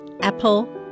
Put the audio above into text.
Apple